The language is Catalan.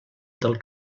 del